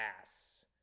ass